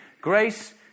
Grace